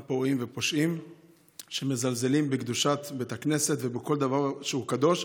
פורעים ופושעים שמזלזלים בקדושת בית הכנסת ובכל דבר שהוא קדוש.